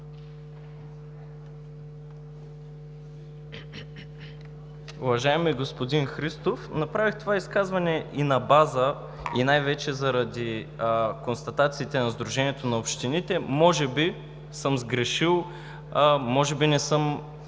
Уважаеми господин Христов, направих това изказване и на база, и най-вече заради констатациите на Сдружението на общините. Може би съм сгрешил, може би не съм